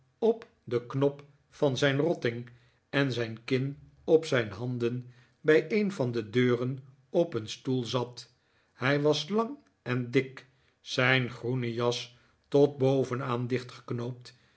op den knop van zijn rotting en zijn kin op zijn handen bij een van de deuren op een stoel zat hij was lang en dik zijn groene jas tot bovenaan